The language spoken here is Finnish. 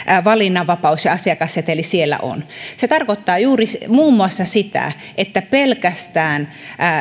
valinnanvapaus ja asiakasseteli siellä on se tarkoittaa muun muassa juuri sitä että pelkästään